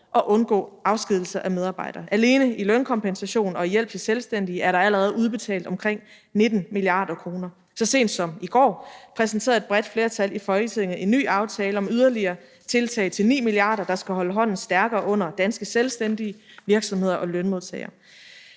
at undgå afskedigelse af medarbejdere. Alene i lønkompensation og hjælp til selvstændige er der allerede udbetalt omkring 19 mia. kr. Så sent som i går præsenterede et bredt flertal i Folketinget en ny aftale om yderligere tiltag til 9 mia. kr., der skal holde hånden stærkere under danske selvstændige, virksomheder og lønmodtagere.